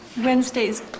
wednesday's